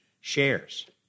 shares